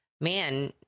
man